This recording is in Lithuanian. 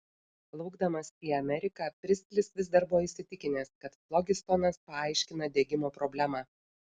plaukdamas į ameriką pristlis vis dar buvo įsitikinęs kad flogistonas paaiškina degimo problemą